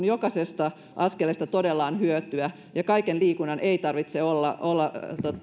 jokaisesta askeleesta todella on hyötyä kaiken liikunnan ei tarvitse olla olla